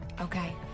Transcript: Okay